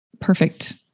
perfect